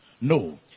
No